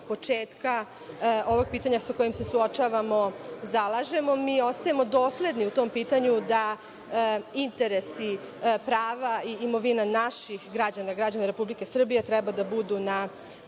početka ovog pitanja, sa kojim se suočavamo, zalažemo. Mi ostajemo dosledni u tom pitanju da interesi, prava i imovina naših građana, građana Republike Srbije, treba da budu na